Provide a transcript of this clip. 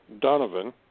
Donovan